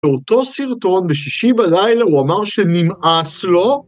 באותו סרטון בשישי בלילה הוא אמר שנמאס לו.